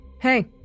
Hey